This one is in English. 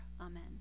Amen